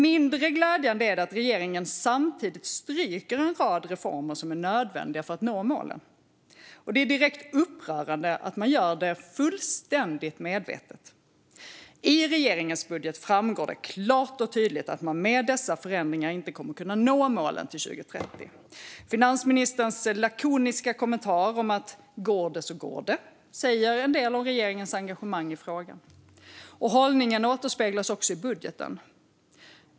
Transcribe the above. Mindre glädjande är dock att regeringen samtidigt stryker en rad reformer som är nödvändiga för att nå målen. Det är också direkt upprörande att man gör det fullständigt medvetet. I regeringens budget framgår det klart och tydligt att man med dessa förändringar inte kommer att kunna nå målen till 2030. Finansministerns lakoniska kommentar om att går det inte så går det inte säger en del om regeringens engagemang i frågan. Hållningen återspeglas också i budgeten.